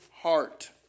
heart